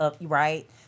right